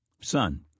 Son